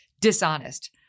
dishonest